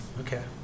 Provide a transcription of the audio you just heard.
Okay